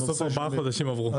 בסוף ארבעה חודשים עברו.